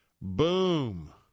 Boom